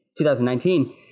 2019